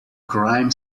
crime